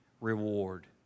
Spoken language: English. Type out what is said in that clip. reward